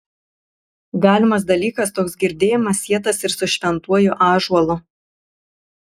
galimas dalykas toks girdėjimas sietas ir su šventuoju ąžuolu